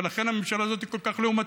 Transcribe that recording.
ולכן הממשלה הזאת היא כל כך לעומתית.